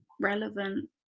relevant